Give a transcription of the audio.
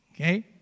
Okay